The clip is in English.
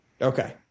Okay